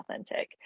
authentic